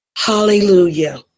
Hallelujah